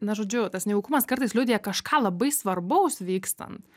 na žodžiu tas nejaukumas kartais liudija kažką labai svarbaus vykstant